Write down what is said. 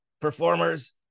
performers